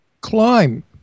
climb